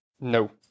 No